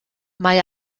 mae